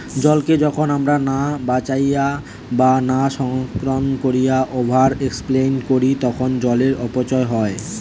জলকে যখন আমরা না বাঁচাইয়া বা না সংরক্ষণ কোরিয়া ওভার এক্সপ্লইট করি তখন জলের অপচয় হয়